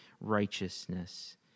righteousness